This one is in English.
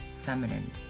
feminine